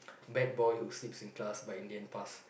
bad boy who sleeps in class but in the end pass